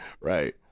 right